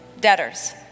debtors